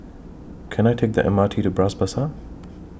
Can I Take The M R T to Bras Basah